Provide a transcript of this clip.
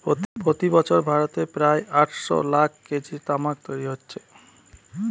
প্রতি বছর ভারতে প্রায় আটশ লাখ কেজি তামাক তৈরি হচ্ছে